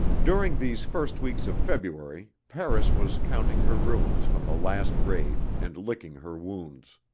during these first weeks of february, paris was counting her ruins from the last raid and licking her wounds.